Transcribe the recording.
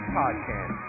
podcast